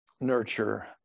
nurture